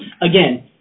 again